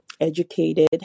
educated